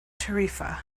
tarifa